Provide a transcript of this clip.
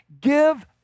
Give